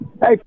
Hey